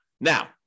Now